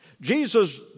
Jesus